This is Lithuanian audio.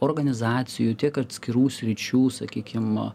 organizacijų tiek atskirų sričių sakykim